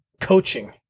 coaching